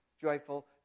joyful